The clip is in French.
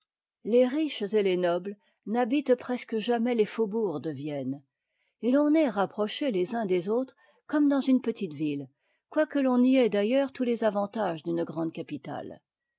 les riches et les nobles n'habitent presque jamais les faubourgs de vienne et l'on est rapproché les uns des autres comme dans une petite ville quoique l'on y ait d'ailleurs tous les avantages d'une grande capitale